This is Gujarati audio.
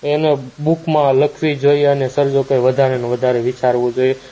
એનો બુકમાં લખવી જોઈએ અને સર્જકોએ વધારેને વધારે વિચારવું જોઈએ